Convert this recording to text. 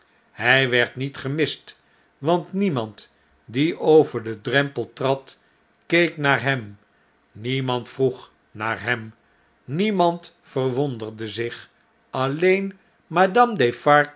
hij werd niet gemist want niemand die over den drempel trad keek naar hem niemand vroeg naar hem niemand verwonderde zich alleen madame